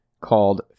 called